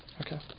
Okay